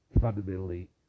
fundamentally